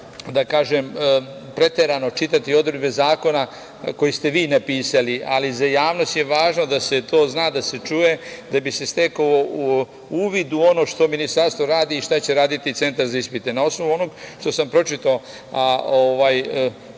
izgleda preterano čitati odredbe zakona koji ste vi napisali, ali za javnost je važno da se to zna, da se čuje, da bi se stekao uvid u ono u što Ministarstvo radi i šta će raditi centar za ispite. Na osnovu onog što sam pročitao,